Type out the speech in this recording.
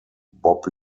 bob